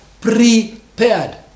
prepared